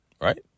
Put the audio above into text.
right